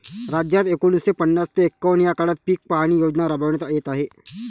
राज्यात एकोणीसशे पन्नास ते एकवन्न या काळात पीक पाहणी योजना राबविण्यात येत आहे